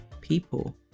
people